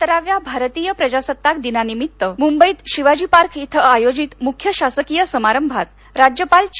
सत्तराव्या भारतीय प्रजासत्ताक दिनानिमित्त मुंबईत शिवाजीपार्क इथं आयोजित मुख्य शासकीय समारंभात राज्यपाल चे